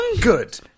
good